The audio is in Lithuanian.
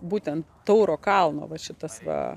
būtent tauro kalno va šitas va